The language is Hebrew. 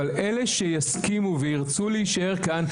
אבל אלה שיסכימו וירצו להישאר כאן,